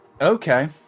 Okay